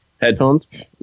headphones